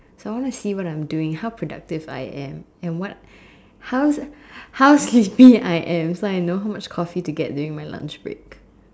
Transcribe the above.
I want to see what I'm doing how productive I am and what how how sleepy I am so I know how much Coffee to get during my lunch break